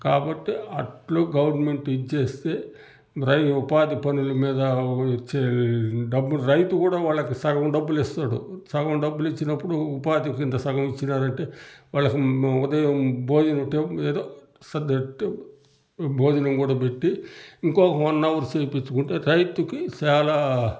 కాబట్టి అట్లు గవర్నమెంట్ ఇచ్చేస్తే రై ఉపాధి పనులు మీద ఇచ్చే డబ్బు రైతు కూడా వాళ్ళకి సగం డబ్బులు ఇస్తాడు సగం డబ్బులిచ్చినప్పుడు ఉపాధి కింద సగం ఇచ్చినారంటే వాళ్ళకి ఉదయం భోజనం టైమ్ ఏదో సద్దట్టు భోజనం కూడా పెట్టి ఇంకొక వన్ అవర్ చేయించుకుంటే రైతుకి చాలా